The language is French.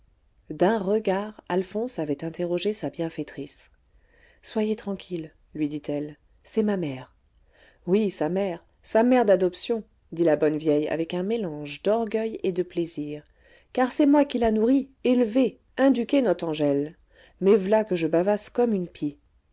d'un regard alphonse avait interrogé sa bienfaitrice soyez tranquille lui dit-elle c'est ma mère oui sa mère sa mère d'adoption dit la bonne vieille avec un mélange d'orgueil et de plaisir car c'est moi qui l'a nourrie élevée induquée not'e angèle mais v'là que je bavasse comme une pie